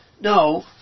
No